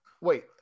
Wait